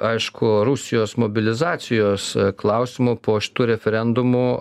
aišku rusijos mobilizacijos klausimų po šitų referendumų